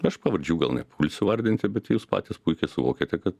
aš pavardžių gal nepulsiu vardinti bet jūs patys puikiai suvokiate kad